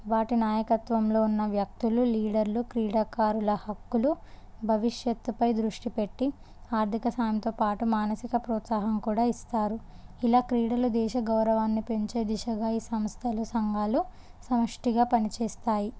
వాటి నాయకత్వంలో ఉన్న వ్యక్తులు లీడర్లు క్రీడాకారుల హక్కులు భవిష్యత్తుపై దృష్టి పెట్టి ఆర్థిక సాయంతో పాటు మానసిక ప్రోత్సాహం కూడా ఇస్తారు ఇలా క్రీడలు దేశ గౌరవాన్ని పెంచే దిశగా ఈ సంస్థలు సంఘాలు సమిష్టిగా పనిచేస్తాయి